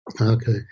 Okay